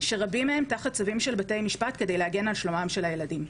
שרבים מהם תחת צווי בית משפט על מנת להגן על שלומם של הילדים.